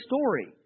story